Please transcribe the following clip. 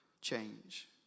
change